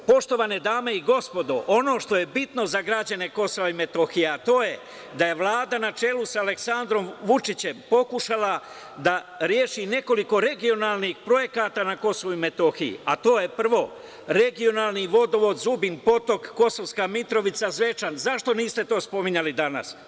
Poštovane dame i gospodo, ono što je bitno za građane KiM, a to je da je Vlada na čelu sa Aleksandrom Vučićem, pokušala da reši nekoliko regionalnih projekata na KiM, a to je, prvo – regionalni vodovod Zubin Potok, Kosovska Mitrovica, Zvečan, zašto niste to spominjali danas?